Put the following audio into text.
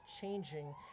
changing